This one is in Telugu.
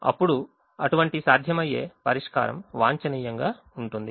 అప్పుడు అటువంటి సాధ్యమయ్యే పరిష్కారం వాంఛనీయంగా ఉంటుంది